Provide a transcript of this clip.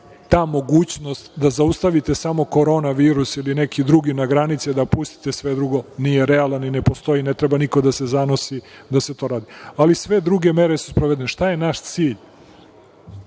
ta mogućnost da zaustavite samo korona virus ili neki drugi na granici, da pustite sve drugo, nije realan i ne postoji, ne treba niko da se zanosi da se to radi. Ali, sve druge mere su sprovedene. Šta je naš cilj?